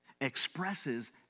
expresses